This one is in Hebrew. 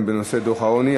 שגם היא בנושא דוח העוני,